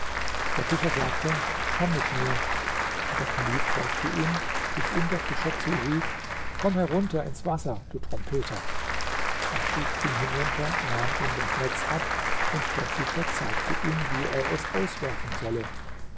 der fischer sagte komm mit mir und der kalif folgte ihm bis ihm der fischer zurief komm herunter ins wasser du trompeter raschid ging hinunter nahm ihm das netz ab und der fischer zeigte ihm wie er es auswerfen solle